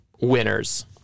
winners